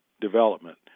development